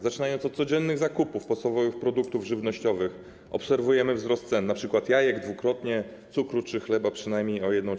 Zaczynając od codziennych zakupów podstawowych produktów żywnościowych, obserwujemy wzrost cen, np. jajek - dwukrotnie, cukru czy chleba - przynajmniej o 1/4.